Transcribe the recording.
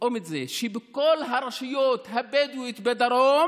לטעום את זה שבכל הרשויות הבדואיות בדרום